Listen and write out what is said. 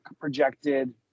projected